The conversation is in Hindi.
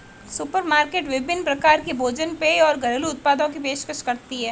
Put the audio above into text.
सुपरमार्केट विभिन्न प्रकार के भोजन पेय और घरेलू उत्पादों की पेशकश करती है